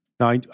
Now